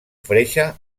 freixe